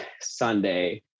Sunday